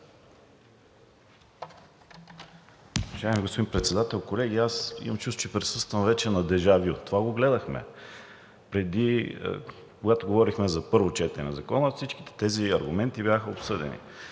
Уважаеми господин Председател, колеги! Аз имам чувството, че присъствам вече на дежавю. Това го гледахме преди, когато говорихме за първо четене на Закона, всичките тези аргументи бяха обсъдени.